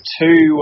two